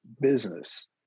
business